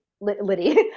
Liddy